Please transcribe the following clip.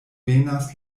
venas